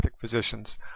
physicians